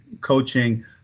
coaching